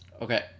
Okay